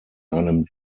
einem